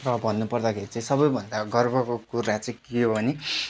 अब भन्नुपर्दाखेरि चाहिँ सबैभन्दा गर्वको कुरा चाहिँ के हो भने